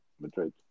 Madrid